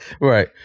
Right